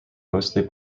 mostly